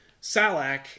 Salak